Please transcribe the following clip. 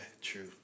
true